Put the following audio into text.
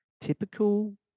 typical